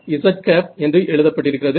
z என்று எழுதப்பட்டிருக்கிறது